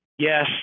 Yes